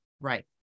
Right